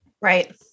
Right